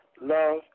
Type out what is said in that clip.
love